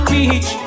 Beach